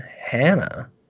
Hannah